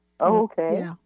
Okay